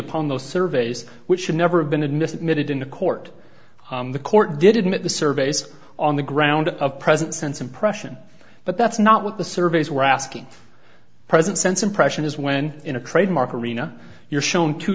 upon those surveys which should never have been admitted mid in the court the court did admit the surveys on the ground of present sense impression but that's not what the surveys were asking present sense impression is when in a trade mark arena you're shown t